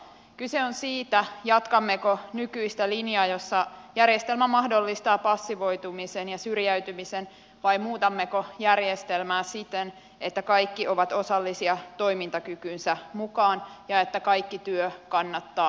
kyse on siitä jatkammeko nykyistä linjaa jossa järjestelmä mahdollistaa passivoitumisen ja syrjäytymisen vai muutammeko järjestelmää siten että kaikki ovat osallisia toimintakykynsä mukaan ja että kaikki työ kannattaa aina